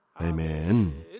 Amen